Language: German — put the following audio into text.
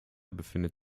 befindet